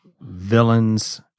villains